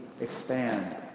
expand